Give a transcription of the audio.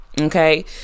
okay